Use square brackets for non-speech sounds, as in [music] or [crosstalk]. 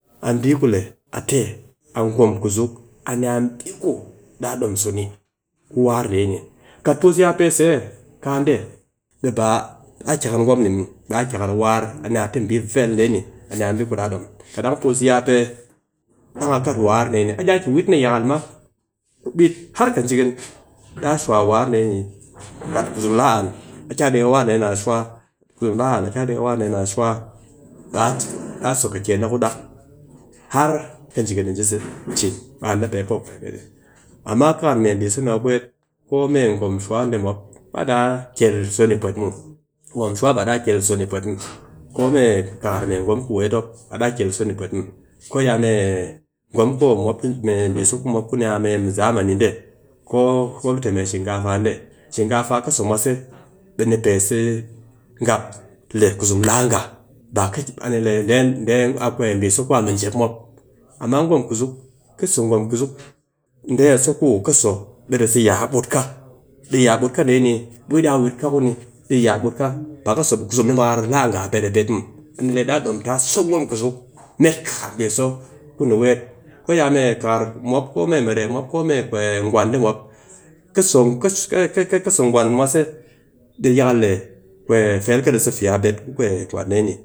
A bii ku le a te a gwom kuzuk, a ni a bii ku a te daa dom so ni ku war dee ni, kat puus ya peh se kaa dee ɓe baa a kyakar gwom dee ni, daa kyakar war, a ni a tɨ bii vel dee ni a nia bii ku ɗaa ɗom, kat ɗang puus ya pe dang a kat war dee ni, ɓe daa ki wit mee yakal ma ku bɨt har kɨjikin daa shuwa war dee ni kat kuzum laa an, a kia deke war dee ni a shuwa, kuzum laa an akia deke war dee ni a shuwa [noise] daa so kiken na ku ɗak har kɨjikin [noise] ji se ji ɓe an na pe po amma kar mee bii so ni mop weet ko mee gwom shuwa dee mop ɓe daa kel so ni pwet muw. Gwom shuwa ba daa kel so ni pwet muw, ko mee kar mee gwom ku weet mop baa daa kel so ni pwet muw. Ko ya mee gwom ku mop mee, mee bii so ku mop ku ni a mɨ zamani de, ko mop tɨ me shinkafa dee, shinkafa kɨ so mwase ɓe ni pe se gap le kuzum laa ngha. dee a bii so ku a mɨ jep mop. Amma gwom kuzuk, kɨ so gwom kuzuk, dee a so ku kɨ so ɓe ɗi sa ya kɨ bwut ka, ɗi ya bwut ka dee ni, ɓe kɨ iya weet ka ku ni, baa kɨ so ɓe kuzum ni bakar laa ngha a bet a bet muw. A ni le daa ɗom taa so gwom kuzuk met kar bii so ku nung weet, ko ya mee kar mop, ku mee mirem mop, ko mee gwan dee mop, kɨ so gwan mwase di yakal le fel ka ɗi se fi a bet ku gwan dee ni